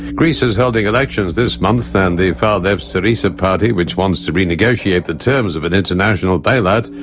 greece is holding elections this month and the far-left syriza party, which wants to renegotiate the terms of an international bailout,